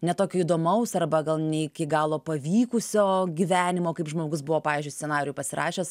ne tokio įdomaus arba gal ne iki galo pavykusio gyvenimo kaip žmogus buvo pavyzdžiui scenarijų pasirašęs